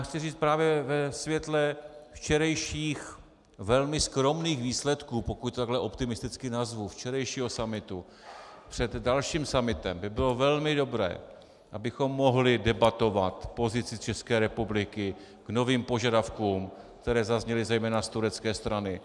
Chci říct právě ve světle včerejších velmi skromných výsledků, pokud takhle optimisticky nazvu, včerejšího summitu, před dalším summitem by bylo velmi dobré, abychom mohli debatovat pozici České republiky k novým požadavkům, které zazněly zejména z turecké strany.